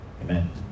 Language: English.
Amen